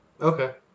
Okay